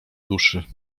duszy